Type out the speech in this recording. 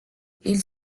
ils